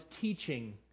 teaching